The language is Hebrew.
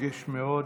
מרגש מאוד.